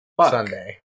sunday